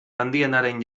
handienaren